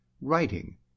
writing